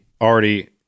already